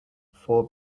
four